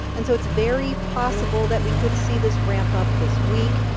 and so it's very possible that we could see this ramp up this week,